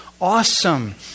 awesome